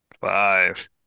five